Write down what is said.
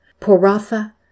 Poratha